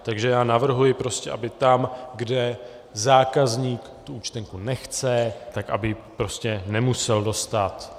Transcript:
Takže já navrhuji, aby tam, kde zákazník tu účtenku nechce, aby ji prostě nemusel dostat.